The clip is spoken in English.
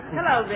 Hello